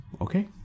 okay